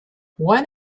one